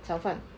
炒饭